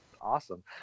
Awesome